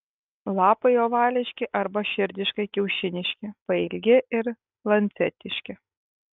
lapai ovališki arba širdiškai kiaušiniški pailgi ir lancetiški